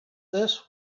this